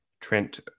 Trent